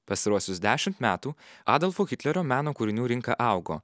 pastaruosius dešimt metų adolfo hitlerio meno kūrinių rinka augo